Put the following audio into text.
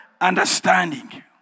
understanding